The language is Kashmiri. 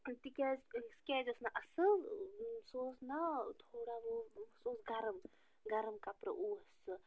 تِکیٛازِ سُہ کیٛازِ اوس نہٕ اصٕل سُہ اوس نا تھوڑا وہ سُہ اوس گَرم گرم کپرٕ اوس سُہ